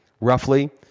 roughly